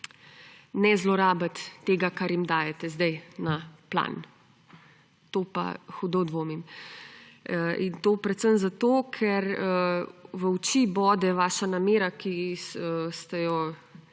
ne zlorabiti tega, kar jim dajete zdaj na plan. V to pa hudo dvomim. In to predvsem zato, ker v oči bode vaša namera, ki ste jo